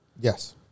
Yes